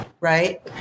right